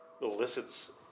elicits